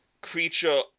creature